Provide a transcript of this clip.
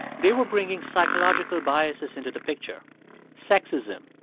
they were bringing psychological biases into the picture sexism,